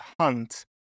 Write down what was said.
hunt